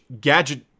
gadget